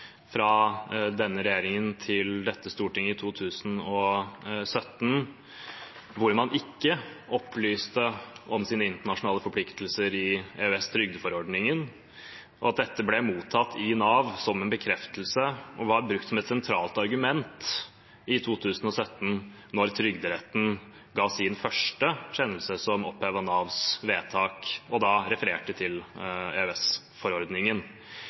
fra denne regjeringen til dette stortinget i 2017, hvor man ikke opplyste om sine internasjonale forpliktelser i EØS-trygdeforordningen, og at dette ble mottatt i Nav som en bekreftelse og var brukt som et sentralt argument i 2017, da Trygderetten ga sin første kjennelse som opphevet Navs vedtak og da refererte til